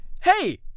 hey